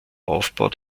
aufbau